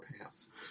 pants